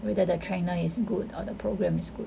whether the trainer is good or the program is good